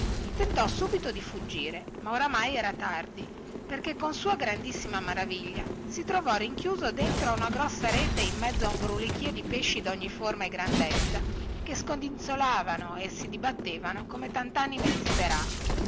tentò subito di fuggire ma oramai era tardi perché con sua grandissima maraviglia si trovò rinchiuso dentro a una grossa rete in mezzo a un brulichio di pesci dogni forma e grandezza che scodinzolando si dibattevano come tantanime disperate